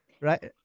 right